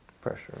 Pressure